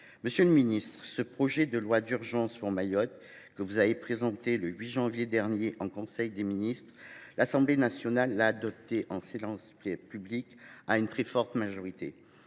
Monsieur le ministre, ce projet de loi d’urgence pour Mayotte, que vous avez présenté le 8 janvier dernier en conseil des ministres, a été adopté par l’Assemblée nationale, en séance publique, à une très forte majorité.